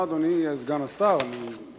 אדוני סגן השר, תודה רבה.